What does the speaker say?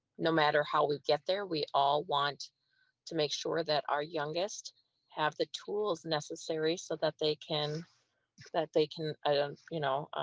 no matter how we get there we all want to make sure that our youngest have the tools necessary so that they can that they can you know